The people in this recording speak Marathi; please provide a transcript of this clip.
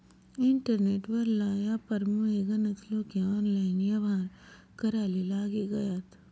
इंटरनेट वरला यापारमुये गनज लोके ऑनलाईन येव्हार कराले लागी गयात